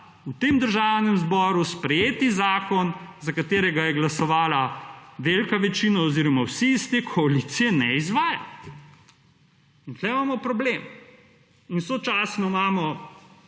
v tem Državnem zboru sprejeti zakon, za katerega je glasovala velika večina oziroma vsi iz te koalicije ne izvaja in tukaj imamo problem. Sočasno imamo